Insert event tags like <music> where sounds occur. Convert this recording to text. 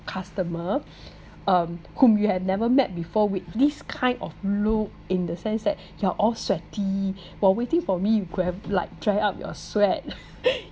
customer um whom you had never met before with this kind of look in the sense that you are all sweaty while waiting for me you could have like dry up your sweat <laughs>